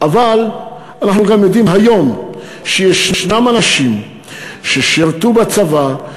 אבל אנחנו גם יודעים היום שיש אנשים ששירתו בצבא,